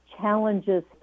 challenges